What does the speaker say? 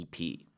EP